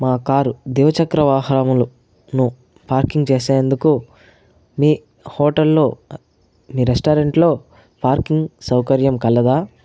మా కారు దివచక్ర వాహనములు ను పార్కింగ్ చేసేందుకు మీ హోటల్ లో మీ రెస్టారెంట్ లో పార్కింగ్ సౌకర్యం కలదా